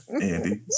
Andy